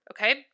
Okay